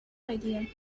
idea